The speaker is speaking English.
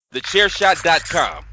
TheChairShot.com